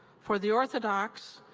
for the orthodox,